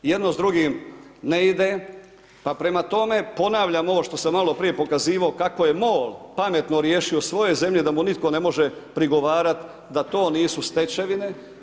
Jedno s drugim ne ide, pa prema tome ponavljam ovo što sam malo prije pokazivao kako je MOL pametno riješio svojoj zemlji da mu nitko ne može prigovarati da to nisu stečevine.